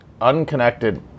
unconnected